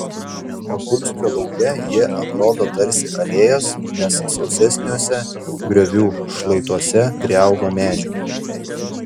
opulskio lauke jie atrodo tarsi alėjos nes sausesniuose griovių šlaituose priaugo medžių